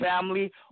family